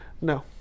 No